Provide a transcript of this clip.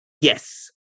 Yes